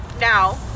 now